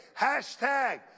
hashtag